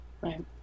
right